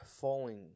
falling